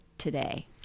today